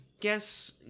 guess